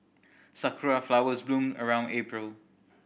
sakura flowers bloom around April